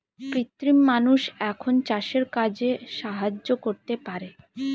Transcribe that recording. কৃত্রিম মানুষ এখন চাষের কাজে সাহায্য করতে পারে